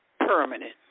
permanent